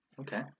Okay